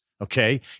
Okay